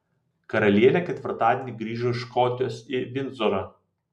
karalienė ketvirtadienį grįžo iš škotijos į vindzorą